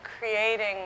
creating